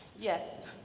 yes.